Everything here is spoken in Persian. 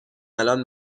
الان